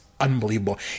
unbelievable